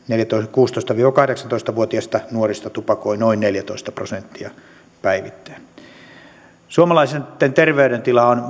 kuusitoista viiva kahdeksantoista vuotiaista nuorista tupakoi noin neljätoista prosenttia päivittäin suomalaisten terveydentila on